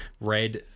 red